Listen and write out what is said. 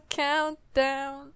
countdown